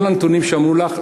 כל הנתונים שאמרו לך,